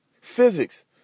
Physics